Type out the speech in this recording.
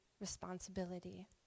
responsibility